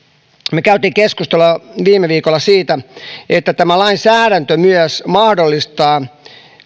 me kävimme keskustelua viime viikolla siitä että tämä lainsäädäntö myös mahdollistaa